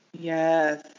yes